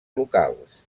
locals